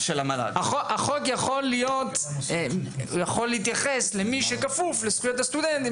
החוק יכול להתייחס למי שכפוף לזכויות הסטודנט.